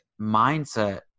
mindset